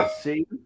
see